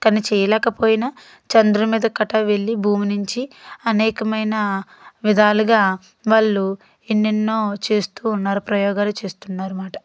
కానీ చేయలేకపోయినా చంద్రుడి మీదకి కట్టా వెళ్లి భూమి నుంచి అనేకమైన విధాలుగా వాళ్ళు ఎన్నెన్నో చేస్తూ ఉన్నారు ప్రయోగాలు చేస్తూ ఉన్నారనమాట